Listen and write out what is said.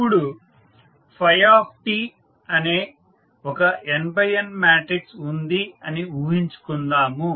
ఇప్పుడు t అనే ఒక n×n మాట్రిక్స్ ఉంది అని ఊహించుకుందాము